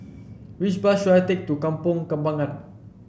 which bus should I take to Kampong Kembangan